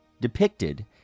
depicted